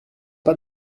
pas